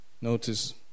Notice